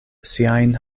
siajn